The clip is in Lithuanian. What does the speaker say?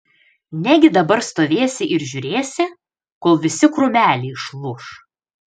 negi dabar stovėsi ir žiūrėsi kol visi krūmeliai išlūš